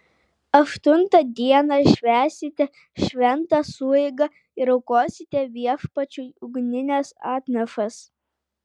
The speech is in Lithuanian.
aštuntą dieną švęsite šventą sueigą ir aukosite viešpačiui ugnines atnašas